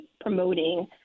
promoting